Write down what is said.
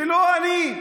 ולא אני,